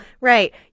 right